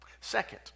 Second